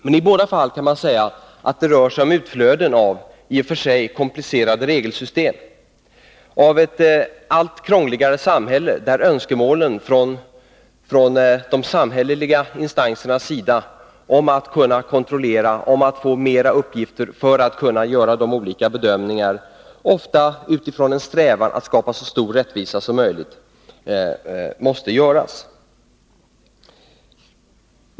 Men i båda fallen kan man säga att det rör sig om utflöden av i och för sig komplicerade regelsystem, av ett allt krångligare samhälle, med önskemål från de samhälleliga instansernas sida om att kunna kontrollera, om att få mera uppgifter för att kunna göra de olika bedömningar, ofta utifrån en strävan att skapa så stor rättvisa som möjligt, som måste göras.